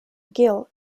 gill